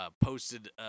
Posted